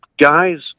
guys